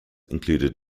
included